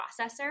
processor